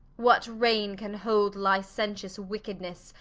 what reyne can hold licentious wickednesse,